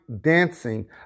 dancing